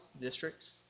districts